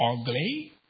ugly